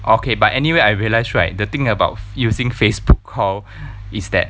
okay but anyway I realise right the thing about using Facebook call is that